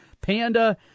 Panda